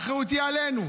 האחריות היא עלינו.